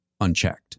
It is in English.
unchecked